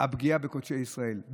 הפגיעה בקודשי ישראל,